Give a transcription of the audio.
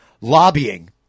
lobbying